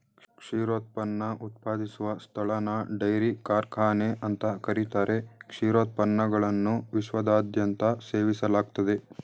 ಕ್ಷೀರೋತ್ಪನ್ನ ಉತ್ಪಾದಿಸುವ ಸ್ಥಳನ ಡೈರಿ ಕಾರ್ಖಾನೆ ಅಂತ ಕರೀತಾರೆ ಕ್ಷೀರೋತ್ಪನ್ನಗಳನ್ನು ವಿಶ್ವದಾದ್ಯಂತ ಸೇವಿಸಲಾಗ್ತದೆ